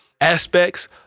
aspects